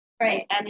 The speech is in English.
right